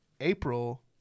April